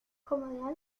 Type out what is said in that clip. como